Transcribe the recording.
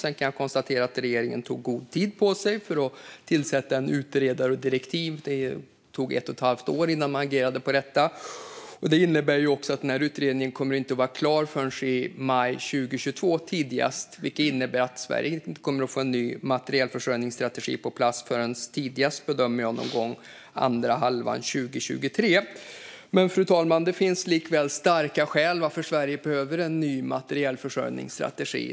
Jag kan konstatera att regeringen tog god tid på sig för att tillsätta en utredare och skriva direktiv. Det tog ett och halvt år innan man agerade. Det innebär att den här utredningen inte kommer att vara klar förrän tidigast i maj 2022, vilket innebär att Sverige inte kommer att få en ny materielförsörjningsstrategi på plats förrän tidigast under andra halvan av 2023, enligt min bedömning. Fru talman! Det finns likväl starka skäl till att Sverige behöver en ny materielförsörjningsstrategi.